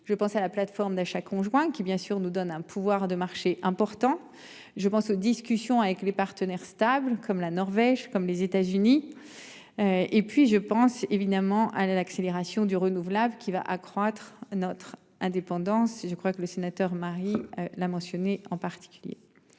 Je pense à la plateforme d'achat conjoint qui bien sûr nous donne un pouvoir de marché important je pense aux discussions avec les partenaires stables comme la Norvège comme les États-Unis. Et puis je pense évidemment à l'accélération du renouvelable qui va accroître notre indépendance. Je crois que le sénateur Marie l'a mentionné en particulier.